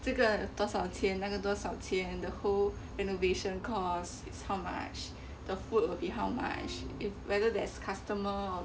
这个多少钱那个多少钱 the whole renovation cost is how much the food will be how much if whether there's customer or